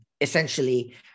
essentially